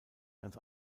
ganz